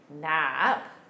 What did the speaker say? nap